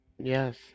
Yes